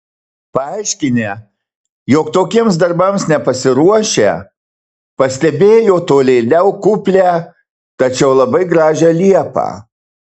paaiškinę jog tokiems darbams nepasiruošę pastebėjo tolėliau kuplią tačiau labai gražią liepą